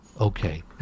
okay